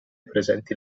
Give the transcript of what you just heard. presenti